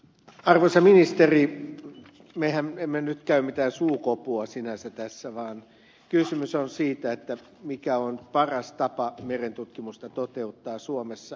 arvoisa ministeri mehän emme nyt käy mitään suukopua sinänsä tässä vaan kysymys on siitä mikä on paras tapa merentutkimusta toteuttaa suomessa